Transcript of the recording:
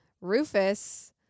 Rufus